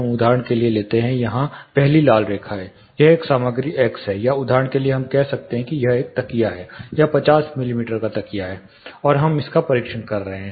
हम उदाहरण के लिए लेते हैं यहाँ पहली लाल रेखा है यह एक सामग्री x है या उदाहरण के लिए हम कह सकते हैं कि यह एक तकिया है यह 50 मिमी का तकिया है और हम इसका परीक्षण कर रहे हैं